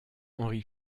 henri